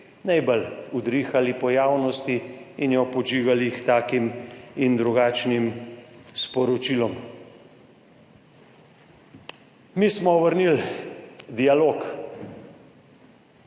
najbolj udrihali po javnosti in jo podžigali k takim in drugačnim sporočilom? Mi smo vrnili dialog.